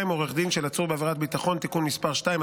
עם עורך דין של עצור בעבירת ביטחון) (תיקון מס' 2),